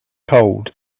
cold